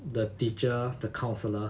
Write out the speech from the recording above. the teacher the counsellor